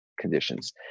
conditions